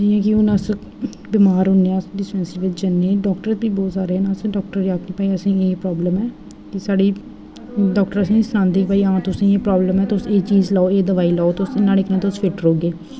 जि'यां के हून अस बीमार होने आं डाक्टर बी बोलदे बहुत सारे डाक्टर बी बोलदे कि असेंगी एह् एह् प्राबल्म ऐ साढ़ी डाक्टर असेंगी सनांदे कि तुस एह् चीज लेओ एह् दवाई लेओ तुस न्हाड़े कन्नै फिट रवो